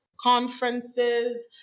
conferences